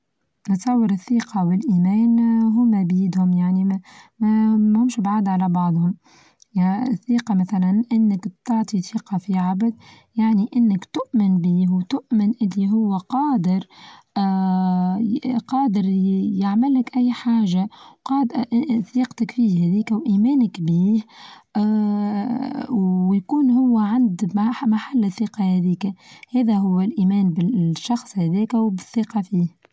نتصور الثقة والإيمان هما بيدهم يعني ماهمش بعاد على بعضهم، الثقة مثلا أنك بتعطي ثقة في عبد يعني أنك تؤمن بيه وتؤمن أن هو قادر آآ قادر يعمل لك أي حاچة قاد ثقتك فيه هذيكا وإيمانك بيه آآ ويكون هو عند محل ثقة هاذيكا هذا هو الإيمان بالشخص هذاكا وبالثقة فيه.